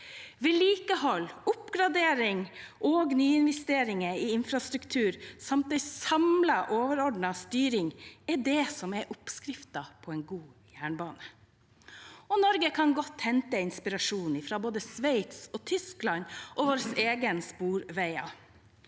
Vedlikehold, oppgradering og nyinvesteringer i infrastruktur samt en samlet, overordnet styring er oppskriften på en god jernbane. Norge kan godt hente inspirasjon fra både Sveits og Tyskland og våre egne sporveier.